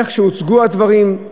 איך שהוצגו הדברים,